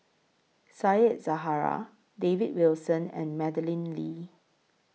Said Zahari David Wilson and Madeleine Lee